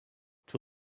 czy